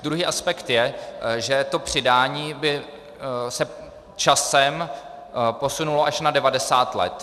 Druhý aspekt je, že to přidání by se časem posunulo až na 90 let.